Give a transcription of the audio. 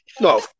no